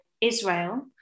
Israel